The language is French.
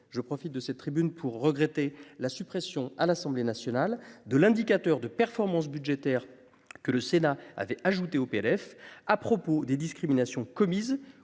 Je profite de cette tribune pour regretter la suppression à l'Assemblée nationale de l'indicateur de performance budgétaire que le Sénat avait ajouté au PLF à propos des discriminations, commises